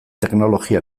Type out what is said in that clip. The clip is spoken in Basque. teknologia